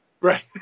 Right